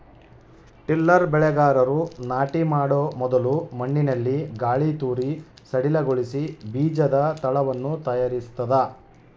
tiller ಬೆಳೆಗಾರರು ನಾಟಿ ಮಾಡೊ ಮೊದಲು ಮಣ್ಣಿನಲ್ಲಿ ಗಾಳಿತೂರಿ ಸಡಿಲಗೊಳಿಸಿ ಬೀಜದ ತಳವನ್ನು ತಯಾರಿಸ್ತದ